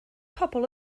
pobl